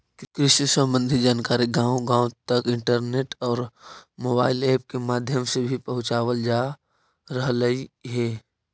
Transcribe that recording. कृषि संबंधी जानकारी गांव गांव तक इंटरनेट और मोबाइल ऐप के माध्यम से भी पहुंचावल जा रहलई हे